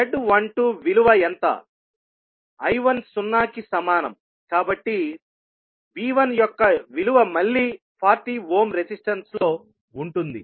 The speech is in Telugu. I1 సున్నా కి సమానం కాబట్టి V1 యొక్క విలువ మళ్ళీ 40 ఓమ్ రెసిస్టెన్స్ లో ఉంటుంది